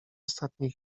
ostatniej